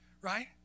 Right